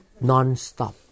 Non-stop